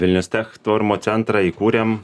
vilnius tech tvarumo centrą įkūrėm